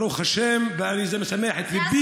ברוך השם, והרי זה משמח את ליבי.